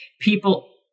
people